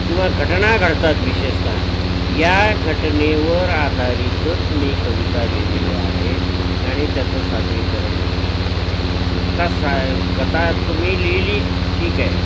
किंवा घटना घडतात विशेषतः या घटनेवर आधारितच मी कविता लिहिलेल्या आहेत आणि त्याचं सादरीकरण देखील केलेलं आहे आता साय कथा तुम्ही लिहिली ठीक आहे